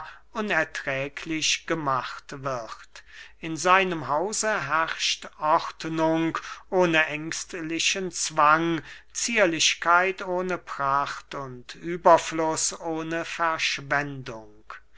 unerträglich gemacht wird in seinem hause herrscht ordnung ohne ängstlichen zwang zierlichkeit ohne pracht und überfluß ohne verschwendung